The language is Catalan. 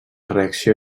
reacció